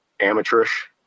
amateurish